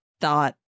thought